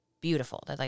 beautiful